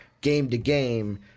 game-to-game